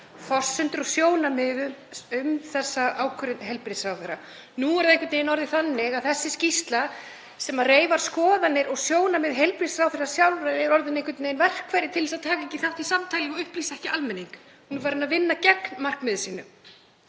forsendur og sjónarmið um þessa ákvörðun heilbrigðisráðherra. Nú er það einhvern veginn orðið þannig að þessi skýrsla, sem reifar skoðanir og sjónarmið heilbrigðisráðherra sjálfrar, er orðin verkfæri til þess að taka ekki þátt í samtalinu og upplýsa ekki almenning. Hún er farin að vinna gegn markmiði sínu.